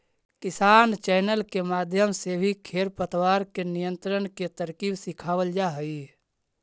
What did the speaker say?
किसान चैनल के माध्यम से भी खेर पतवार के नियंत्रण के तरकीब सिखावाल जा हई